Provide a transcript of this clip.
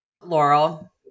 Laurel